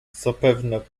zapewne